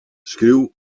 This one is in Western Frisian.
skriuw